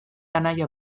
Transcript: anaia